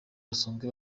basanzwe